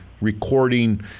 recording